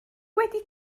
wedi